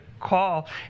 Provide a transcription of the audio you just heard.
call